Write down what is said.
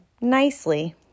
nicely